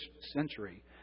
century